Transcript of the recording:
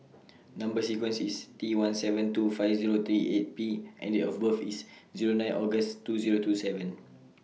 Number sequence IS T one seven two five Zero three eight P and Date of birth IS Zero nine August two Zero two seven